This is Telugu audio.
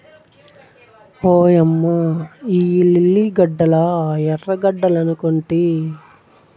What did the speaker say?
ఓయమ్మ ఇయ్యి లిల్లీ గడ్డలా ఎర్రగడ్డలనుకొంటి